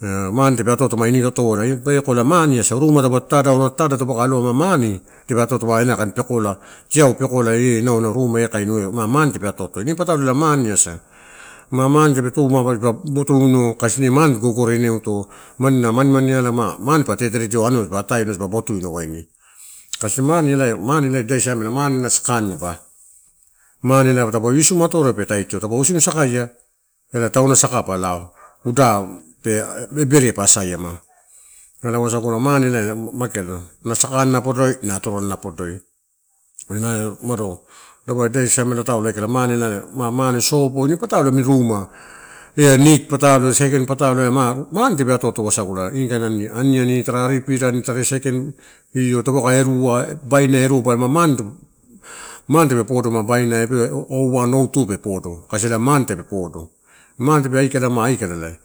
Mane tape ato ato ma ini tovola, inu peko ba ela ma mane asa ruma taupe tatada, auna tatada taupe kai pekola. Tiau pekola ina aguna ruma eh kainiua ma-mane tape atoato, ela mane asa. Ma-mane tape tu ma, dipa botuino kasi ine mane gogorenaeto mane, na mane mane ala ma mane pa teterediaeu ma anua dipa ataeno dipa botuino waini. Kasi mane, mane ida siamela na sakannaba, mane ela taupe usesimu atororiu pa taitio, taupe usesimu sakaia. Wasagula mane na mageala na sakanna podoi na atoranna podoi. Ela euumado ida siamela taulo ela aikala, mane ela, mane sopo iniputalo amini rumai. Eh ia nida patalo sai kain, patalo ela ma mane tape atoato wasagula ini kain aniani, tara ari pipirani tara sai kain taupe kai erua, baina eruaba elama mane tape podo ma baina ow one ow two pe podo kasi ela mane tape podo. Mane tape aikala, ma aikala aikala